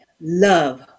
love